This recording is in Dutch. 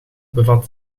bevat